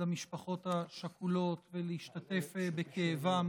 למשפחות השכולות ולהשתתף בכאבן,